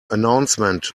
announcement